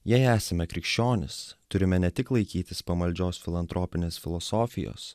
jei esame krikščionys turime ne tik laikytis pamaldžios filantropinės filosofijos